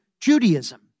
Judaism